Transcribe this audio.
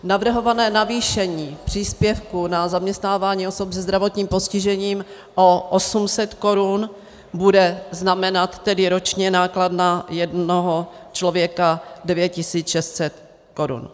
Navrhované navýšení příspěvku na zaměstnávání osob se zdravotním postižením o 800 korun bude znamenat tedy ročně náklad na jednoho člověka 9 600 korun.